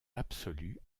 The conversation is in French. absolue